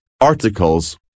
articles